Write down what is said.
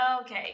Okay